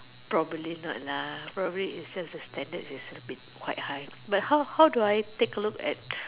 probably not lah probably is just the standard is a bit quite high but how how do I take a look at